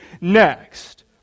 next